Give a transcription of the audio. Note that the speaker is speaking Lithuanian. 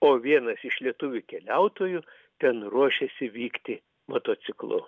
o vienas iš lietuvių keliautojų ten ruošiasi vykti motociklu